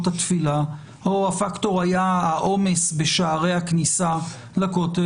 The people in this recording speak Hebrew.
התפילה או הפקטור היה העומס בשערי הכניסה לכותל.